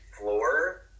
floor